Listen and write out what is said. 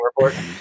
report